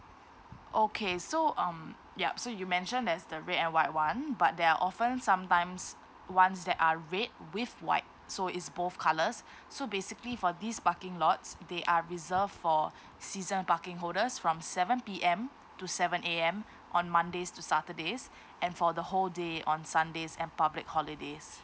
okay so um yup so you mentioned there's the red and white one but there are often sometimes ones that are red with white so is both colours so basically for these parking lots they are reserved for season parking holders from seven P_M to seven A_M on mondays to saturdays and for the whole day on sundays and public holidays